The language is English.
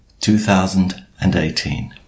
2018